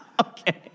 Okay